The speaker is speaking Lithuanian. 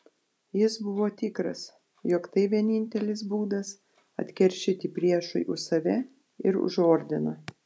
jis buvo tikras jog tai vienintelis būdas atkeršyti priešui už save ir už ordiną